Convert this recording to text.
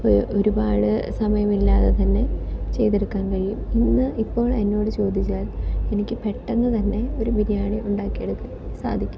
അപ്പോൾ ഒരുപാട് സമയമില്ലാതെ തന്നെ ചെയ്തെടുക്കാൻ കഴിയും ഇന്ന് ഇപ്പോൾ എന്നോട് ചോദിച്ചാൽ എനിക്ക് പെട്ടെന്ന് തന്നെ ഒരു ബിരിയാണി ഉണ്ടാക്കിയെടുക്കാൻ സാധിക്കും